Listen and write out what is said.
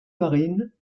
marine